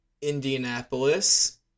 Indianapolis